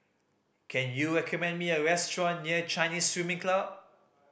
can you recommend me a restaurant near Chinese Swimming Club